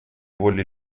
воли